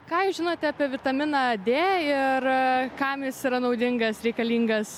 ką jūs žinote apie vitaminą d ir kam jis yra naudingas reikalingas